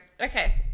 okay